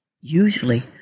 usually